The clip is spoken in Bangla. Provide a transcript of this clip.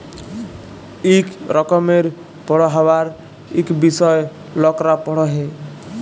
ইক রকমের পড়্হাবার ইক বিষয় লকরা পড়হে